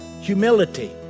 humility